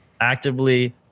actively